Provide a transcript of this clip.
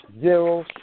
zero